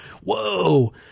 Whoa